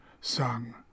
sung